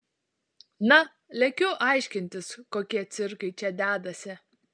na lekiu aiškintis kokie cirkai čia dedasi